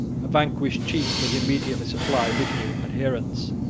a vanquished chief was immediately supplied with new adherents,